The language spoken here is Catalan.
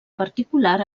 particular